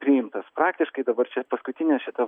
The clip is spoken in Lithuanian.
priimtas praktiškai dabar čia paskutinė šita